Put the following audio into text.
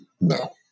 No